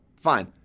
Fine